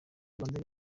rwanda